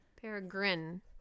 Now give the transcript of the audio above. Peregrine